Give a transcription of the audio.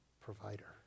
provider